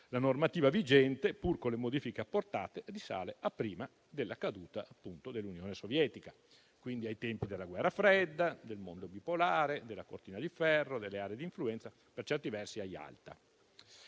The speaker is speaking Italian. la normativa vigente, pur con le modifiche apportate, risale a prima della caduta dell'Unione sovietica: quindi ai tempi della guerra fredda, del mondo bipolare, della cortina di ferro, delle aree di influenza e, per certi versi, ai